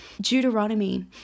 Deuteronomy